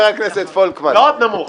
מאוד נמוך.